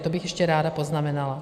To bych ještě ráda poznamenala.